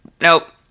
nope